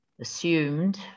assumed